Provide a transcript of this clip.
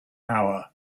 hour